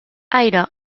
aire